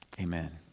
Amen